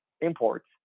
imports